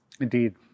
Indeed